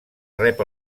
rep